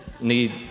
need